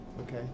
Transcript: Okay